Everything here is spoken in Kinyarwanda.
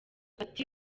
ati